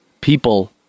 people